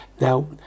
Now